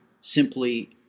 simply